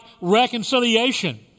reconciliation